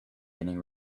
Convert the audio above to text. getting